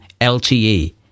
LTE